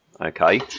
okay